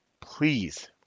Please